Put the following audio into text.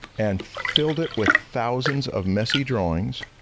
and filled it with thousands of messy drawings.